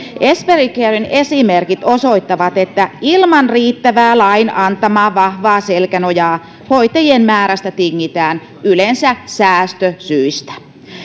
esperi caren esimerkit osoittavat että ilman riittävää lain antamaa vahvaa selkänojaa hoitajien määrästä tingitään yleensä säästösyistä